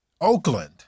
Oakland